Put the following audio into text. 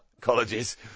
colleges